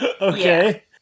Okay